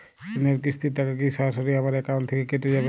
ঋণের কিস্তির টাকা কি সরাসরি আমার অ্যাকাউন্ট থেকে কেটে যাবে?